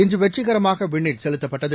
இன்றுவெற்றிகரமாகவிண்ணில் செலுத்தப்பட்டது